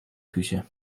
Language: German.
küche